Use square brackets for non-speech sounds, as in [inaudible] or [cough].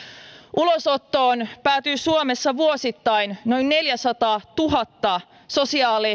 ulosottoon päätyy suomessa vuosittain noin neljäsataatuhatta sosiaali [unintelligible]